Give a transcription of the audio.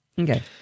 Okay